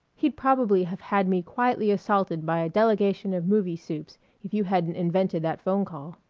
he'd probably have had me quietly assaulted by a delegation of movie supes if you hadn't invented that phone call.